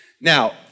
Now